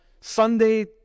Sunday